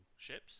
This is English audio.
ships